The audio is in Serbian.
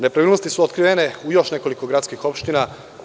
Nepravilnosti su otkrivene u još nekoliko gradskih opština.